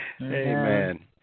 Amen